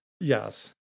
yes